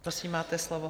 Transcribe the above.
Prosím, máte slovo.